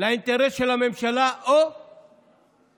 לאינטרס של הממשלה, או,